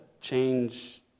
change